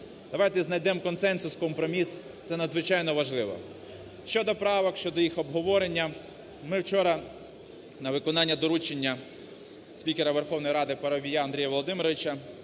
Давайте знайдемо консенсус, компроміс, це надзвичайно важливо. Щодо правок, щодо їх обговорення. Ми вчора на виконання доручення спікера Верховної РадиПарубія Андрія Володимировича